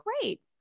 great